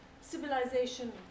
civilization